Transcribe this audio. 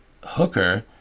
hooker